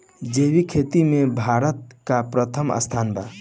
जैविक खेती में भारत का प्रथम स्थान बा